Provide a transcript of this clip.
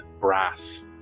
brass